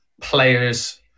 players